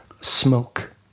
smoke